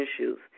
issues